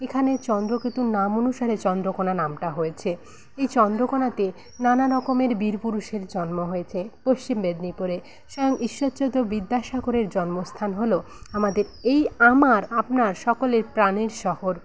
এখানে চন্দ্রকেতুর নাম অনুসারে চন্দ্রকোনা নামটা হয়েছে এই চন্দ্রকোনাতে নানারকমের বীরপুরুষের জন্ম হয়েছে পশ্চিম মেদনীপুরে স্বয়ং ঈশ্বরচন্দ্র বিদ্যাসাগরের জন্মস্থান হলো আমাদের এই আমার আপনার সকলের প্রাণের শহর